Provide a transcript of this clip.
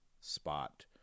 spot